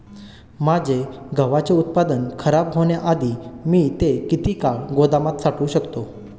माझे गव्हाचे उत्पादन खराब होण्याआधी मी ते किती काळ गोदामात साठवू शकतो?